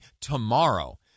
tomorrow